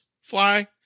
fly